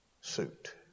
suit